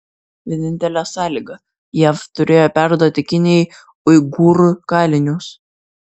vienintelė sąlyga jav turėjo perduoti kinijai uigūrų kalinius